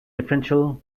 differential